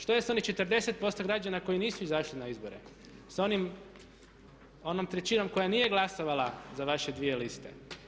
Što je s onih 40% građana koji koji nisu izašli na izbore sa onom trećinom koja nije glasovala za vaše dvije liste.